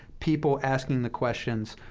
people asking the questions